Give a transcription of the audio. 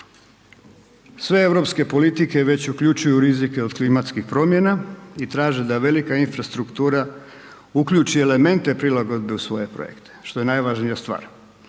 sve europske politike već uključuju rizike od klimatskih promjena i traže da velika infrastruktura uključi elemente prilagodbe u svoje projekte, što je najvažnija stvar.